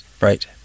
Right